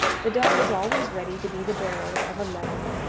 the dog is always ready to be the bearer of a letter.